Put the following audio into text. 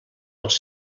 els